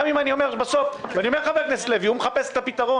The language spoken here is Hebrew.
גם אם אני אומר בסוף ואני אומר שחבר הכנסת מיקי לוי מחפש את הפתרון